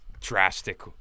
drastic